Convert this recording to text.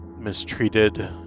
mistreated